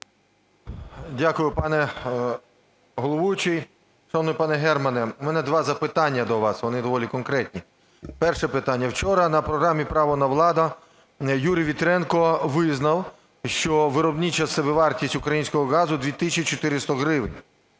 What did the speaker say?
Дякую, пане головуючий. Шановний пане Германе, в мене два запитання до вас, вони доволі конкретні. Перше питання. Вчора на програмі "Право на владу" Юрій Вітренко визнав, що виробнича собівартість українського газу 2 тисячі 400 гривень.